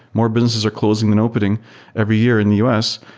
more businesses are closing than opening every year in the u s.